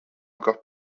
encore